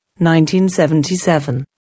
1977